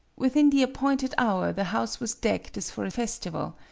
within the appointed hour the house was decked as for a festival,